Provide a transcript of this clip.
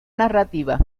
narrativa